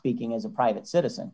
speaking as a private citizen